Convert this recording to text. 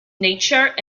nature